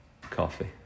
coffee